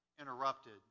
interrupted